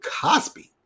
Cosby